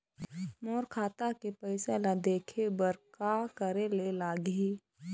मोर खाता के पैसा ला देखे बर का करे ले लागही?